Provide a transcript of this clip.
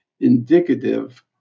indicative